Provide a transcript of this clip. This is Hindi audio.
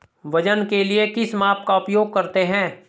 वजन के लिए किस माप का उपयोग करते हैं?